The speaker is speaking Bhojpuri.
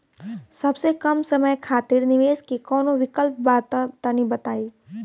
सबसे कम समय खातिर निवेश के कौनो विकल्प बा त तनि बताई?